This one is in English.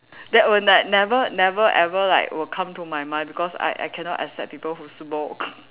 that will like never never ever like will come to my mind because I I cannot accept people who smoke